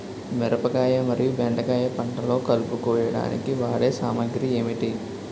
మిరపకాయ మరియు బెండకాయ పంటలో కలుపు కోయడానికి వాడే సామాగ్రి ఏమిటి?